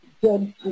good